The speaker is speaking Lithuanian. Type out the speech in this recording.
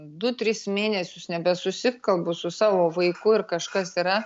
du tris mėnesius nebesusikalbu su savo vaiku ir kažkas yra